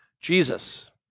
Jesus